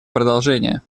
продолжение